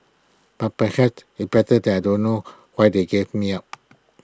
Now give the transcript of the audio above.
but perhaps it's better that I don't know why they gave me up